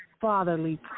fatherly